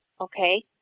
okay